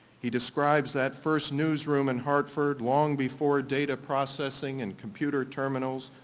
he describes that first newsroom in hartford, long before data processing and computer terminals,